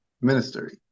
ministry